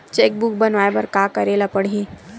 Cheque book बनवाय बर का करे ल पड़हि?